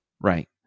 Right